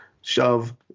shove